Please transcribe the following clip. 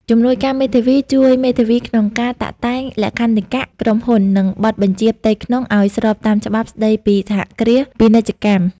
ជំនួយការមេធាវីជួយមេធាវីក្នុងការតាក់តែងលក្ខន្តិកៈក្រុមហ៊ុន និងបទបញ្ជាផ្ទៃក្នុងឱ្យស្របតាមច្បាប់ស្តីពីសហគ្រាសពាណិជ្ជកម្ម។